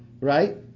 right